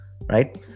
right